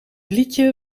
liedje